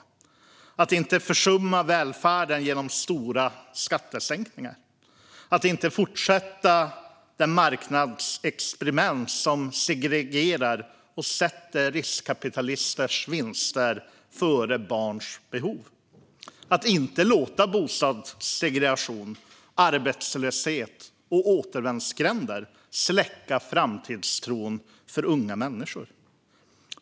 Vi ska inte försumma välfärden genom stora skattesänkningar. Vi ska inte fortsätta det marknadsexperiment som segregerar och sätter riskkapitalisters vinster före barns behov. Vi ska inte låta bostadssegregation, arbetslöshet och återvändsgränder släcka framtidstron för unga människor.